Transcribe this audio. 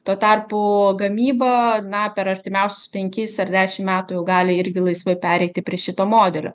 tuo tarpu gamyba na per artimiausius penkis ar dešim metų jau gali irgi laisvai pereiti prie šito modelio